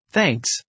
Thanks